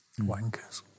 Wankers